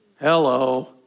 Hello